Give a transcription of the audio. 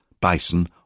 bison